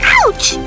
ouch